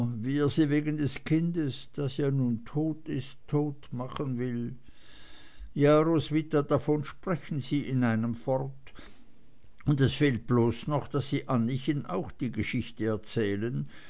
sie wegen des kindes das ja nun tot ist totmachen will ja roswitha davon sprechen sie in einem fort und es fehlt bloß noch daß sie anniechen auch die geschichte erzählen